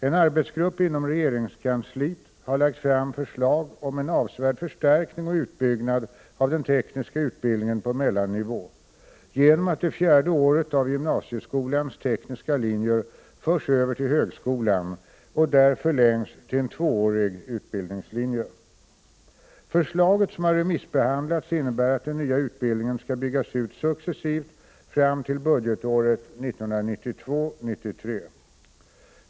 En arbetsgrupp inom regeringskansliet har lagt fram förslag om en avsevärd förstärkning och utbyggnad av den tekniska utbildningen på mellannivå, genom att det fjärde året av gymnasieskolans tekniska linjer förs över till högskolan och där förlängs till en tvåårig utbildningslinje. Förslaget, som har remissbehandlats, innebär att den nya utbildningen skall byggas ut successivt fram till budgetåret 1992/93.